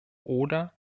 oder